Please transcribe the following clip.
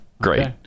Great